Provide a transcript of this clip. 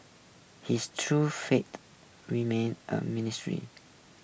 his true fate remains a ministry